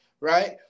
right